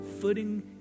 footing